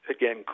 again